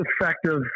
effective